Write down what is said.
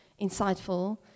insightful